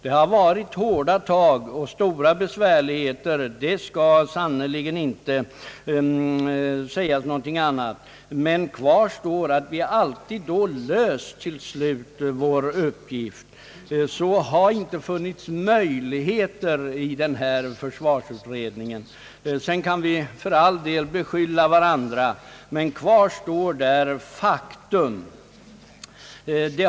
Det har sannerligen varit hårda tag och stora besvärligheter, men kvar står att vi alltid till slut löst vår uppgift. I den här försvarsutredningen har det inte funnits möjligheter till detta. Vi kan för all del rikta beskyllningar mot varandra, men kvar står faktum.